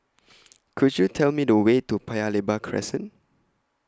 Could YOU Tell Me The Way to Paya Lebar Crescent